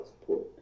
support